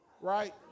right